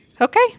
okay